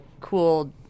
cool